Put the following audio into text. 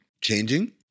Changing